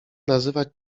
nazywać